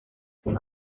this